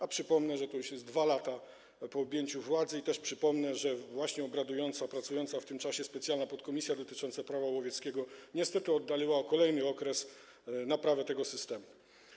A przypomnę, że to już 2 lata po objęciu władzy, i też przypomnę, że właśnie obradująca, pracująca w tym czasie specjalna podkomisja dotycząca Prawa łowieckiego niestety oddaliła o kolejny okres naprawę tego systemu.